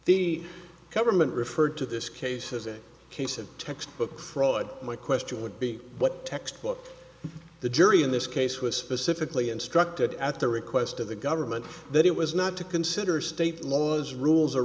the government referred to this case as a case of textbook fraud my question would be what textbook the jury in this case was specifically instructed at the request of the government that it was not to consider state laws rules